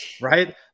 right